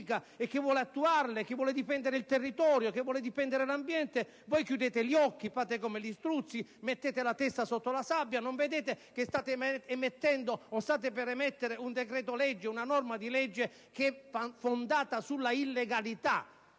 e che vuole attuarle, che vuole difendere il territorio e l'ambiente, voi chiudete gli occhi e, come gli struzzi, mettete la testa sotto la sabbia. Non vedete che state approvando, o state per approvare, un decreto-legge, una normativa fondata sull'illegalità,